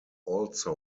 also